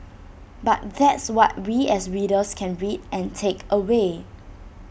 but that's what we as readers can read and take away